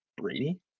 Brady